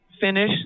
finish